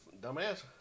Dumbass